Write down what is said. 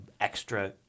extra